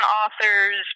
authors